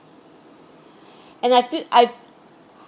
and I feel I